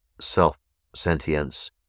self-sentience